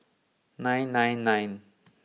nine nine nine